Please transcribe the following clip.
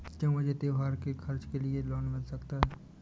क्या मुझे त्योहार के खर्च के लिए लोन मिल सकता है?